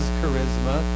charisma